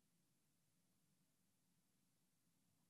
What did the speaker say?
ולכן